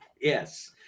yes